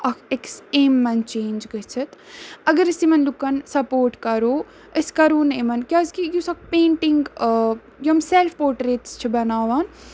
اکھ أکِس ایٚم منٛز چینج گٔژھِتھ اَگر أسۍ یِمن لُکن سَپورٹ کرو أسۍ کرو نہٕ یِمن کیازِ کہِ یُس اکھ پینٹِنگ یِم سیلف پوٹریٹٕس چھِ بَناوان